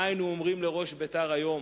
מה היינו אומרים לראש בית"ר היום,